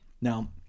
Now